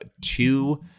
two –